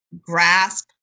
grasp